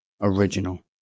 original